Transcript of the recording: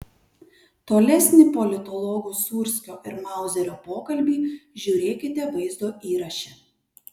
tolesnį politologų sūrskio ir mauzerio pokalbį žiūrėkite vaizdo įraše